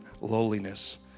lowliness